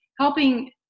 helping